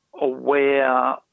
aware